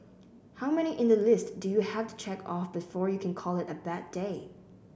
how many in the list do you have to check off before you can call it a bad day